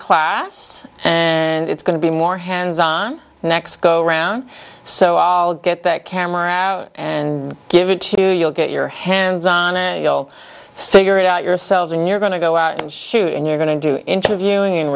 class and it's going to be more hands on the next go around so i'll get that camera out and give it to you you'll get your hands on a you'll figure it out yourselves and you're going to go out and shoot and you're going to do interviewing